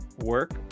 work